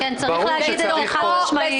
ברור שצריך לעשות פה משהו.